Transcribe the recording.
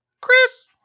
Chris